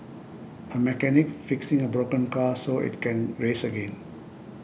a mechanic fixing a broken car so it can race again